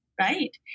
right